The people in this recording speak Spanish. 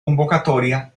convocatoria